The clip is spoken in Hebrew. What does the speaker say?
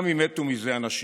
גם אם מתו מזה אנשים.